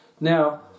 Now